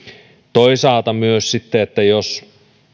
toisaalta jos